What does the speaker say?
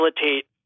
facilitate